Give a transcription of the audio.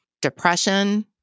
Depression